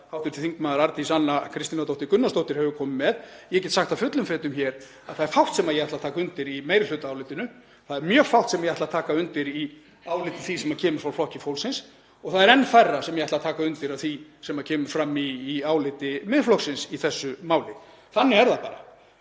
sem hv. þm. Arndís Anna Kristínardóttir Gunnarsdóttir hefur komið með. Ég get sagt það fullum fetum að það er fátt sem ég ætla að taka undir í meirihlutaálitinu. Það er mjög fátt sem ég ætla að taka undir í áliti því sem kemur frá Flokki fólksins og það er enn færra sem ég ætla að taka undir af því sem kemur fram í áliti Miðflokksins í þessu máli. Þannig er það bara.